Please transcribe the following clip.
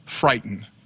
frightened